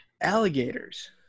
Alligators